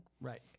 Right